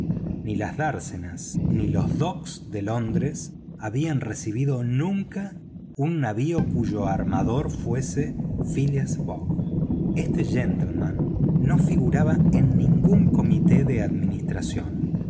ni las dársenas ni los docks de londres recibieron nunca un navío cuyo armador fuese phileas fogg este gentleman no figuraba en ningún comité de administración